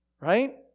right